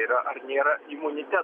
yra ar nėra imuniteto